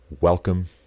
welcome